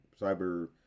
Cyber